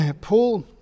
Paul